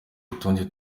utundi